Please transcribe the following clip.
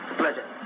pleasure